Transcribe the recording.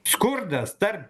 skurdas tarp